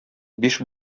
биш